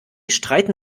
streiten